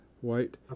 white